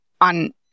on